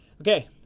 Okay